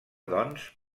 doncs